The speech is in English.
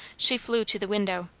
she flew to the window.